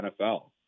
NFL